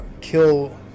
kill